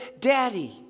daddy